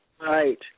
Right